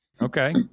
Okay